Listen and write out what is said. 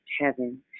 heaven